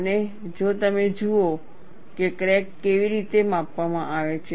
અને જો તમે જુઓ કે ક્રેક કેવી રીતે માપવામાં આવે છે